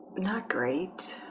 not great,